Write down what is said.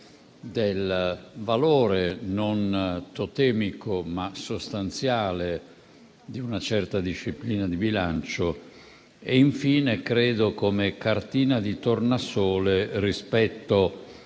del valore non totemico ma sostanziale di una certa disciplina di bilancio e, infine, rappresenta la cartina di tornasole rispetto